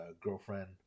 girlfriend